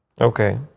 Okay